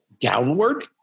downward